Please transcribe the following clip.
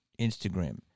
Instagram